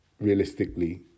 realistically